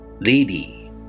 lady